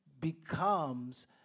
becomes